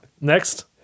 Next